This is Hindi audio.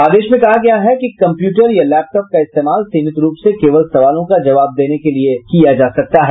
आदेश में कहा गया है कि कम्प्यूटर या लैपटॉप का इस्तेमाल सीमित रूप से केवल सवालों का जवाब देने के लिए किया जा सकता है